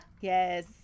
yes